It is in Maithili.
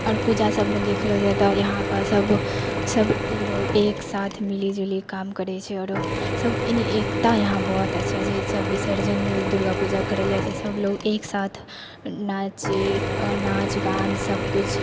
आओर पूजा सभमे देखलौ जाइ तऽ इहाँके सभ सभ लोग एक साथ मिली जुलि काम करै छै आरो सभ यानि एकता इहाँ बहुत अच्छा छै सभ विसर्जन दुर्गा पूजा करै लए जाइ छै सभ लोग एकसाथ नाचे आओर नाच गान सभकुछ